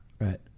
Right